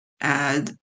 Add